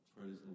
praise